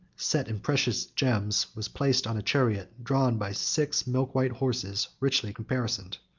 set in precious gems, was placed on a chariot drawn by six milk-white horses richly caparisoned.